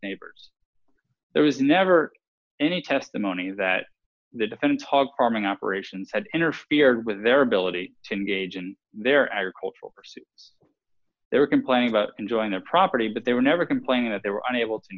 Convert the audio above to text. neighbors there was never any testimony that the defendant hog farming operations had interfered with their ability to engage in their agricultural pursuits they were complaining about enjoying their property but they were never complaining that they were unable to